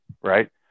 right